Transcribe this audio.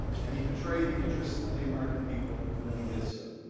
and he betrayed the interest of the american people, when he did so.